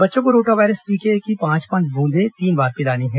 बच्चों को rotavirus टीके की पांच पांच बूंदें तीन बार पिलानी है